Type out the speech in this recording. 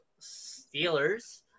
Steelers